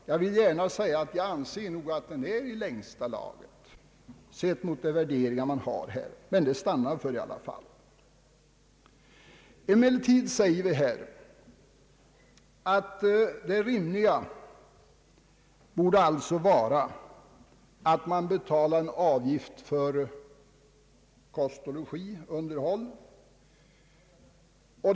Jag vill gärna säga att det är i längsta laget, sett mot de värderingar vi har. Emellertid sade vi att det rimliga borde vara att betala en avgift för kost och logi, d.v.s. underhåll.